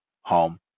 home